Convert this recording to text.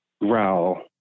growl